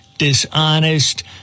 dishonest